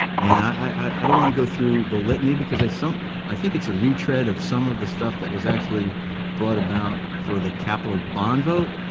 and i don't want to go through the litany, because i so i think it's a retread of some of the stuff that was actually brought about for the capital bond vote,